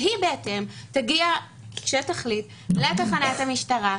והיא בהתאם תגיע כשתחליט לתחנת המשטרה,